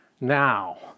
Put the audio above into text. Now